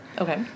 Okay